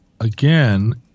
again